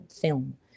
film